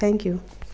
thank you